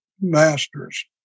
Masters